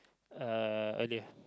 uh earlier